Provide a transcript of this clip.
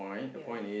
ya